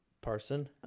person